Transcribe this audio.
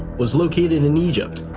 was located in egypt,